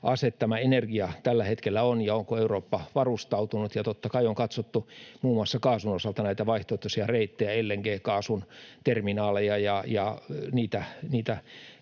ase tämä energia tällä hetkellä on ja onko Eurooppa varustautunut. Totta kai on katsottu muun muassa kaasun osalta näitä vaihtoehtoisia reittejä, LNG-kaasun terminaaleja ja niitä